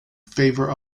favor